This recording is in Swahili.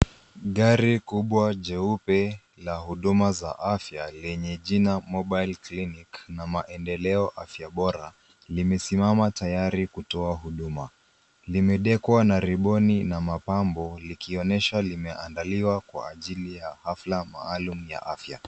Gari kubwa jeupe la huduma za afya lenye jina [cs ] mobile clinic[cs ] na maendeleo afya bora limesimama tayari kutoa huduma. Limedekwa na [cs ] riboni [cs ] na mapambo likionyesha limeandaliwa kwa ajili ya hafla maalum ya fya